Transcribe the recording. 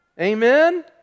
Amen